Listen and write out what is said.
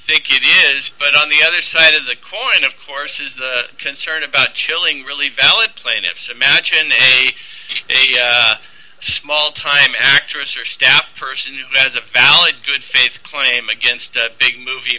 think it is but on the other side of the coin of course is the concern about chilling really valid plaintiffs imagine a small time trish or stan person who has a valid good faith claim against a big movie